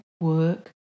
work